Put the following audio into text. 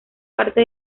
parte